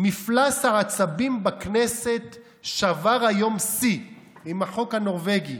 "מפלס העצבים בכנסת שבר היום שיא עם החוק הנורבגי,